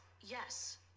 yes